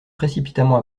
précipitamment